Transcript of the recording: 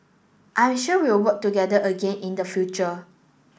I am sure we'll work together again in the future